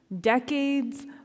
decades